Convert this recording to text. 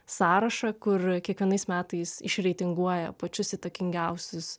sąrašą kur kiekvienais metais išreitinguoja pačius įtakingiausius